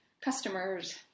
customers